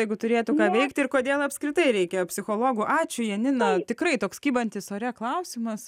jeigu turėtų ką veikti ir kodėl apskritai reikia psichologų ačiū janina tikrai toks kybantis ore klausimas